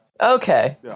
Okay